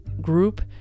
group